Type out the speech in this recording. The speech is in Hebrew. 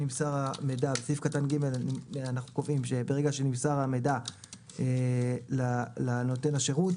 בסעיף קטן (ג) אנו קובעים שברגע שנמסר המידע לנותן השירות,